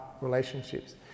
relationships